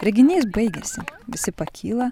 reginys baigėsi visi pakyla